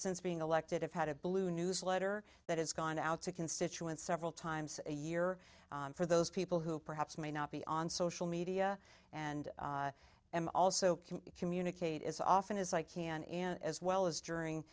since being elected i've had a blue newsletter that has gone out to constituents several times a year for those people who perhaps may not be on social media and i am also can communicate as often as i can in as well as during